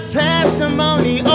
testimony